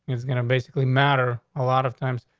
he's gonna basically matter a lot of times,